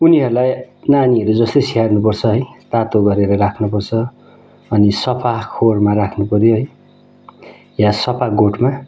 उनीहरूलाई नानीहरू जस्तै स्याहार्नुपर्छ है तातो गरेर राख्नुपर्छ अनि सफा खोरमा राख्नुपर्यो है या सफा गोठमा